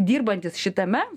dirbantys šitame